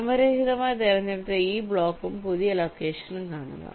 ക്രമരഹിതമായി തിരഞ്ഞെടുത്ത ഈ ബ്ലോക്കും പുതിയ ലൊക്കേഷനും കാണുക